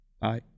Bye